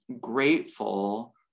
grateful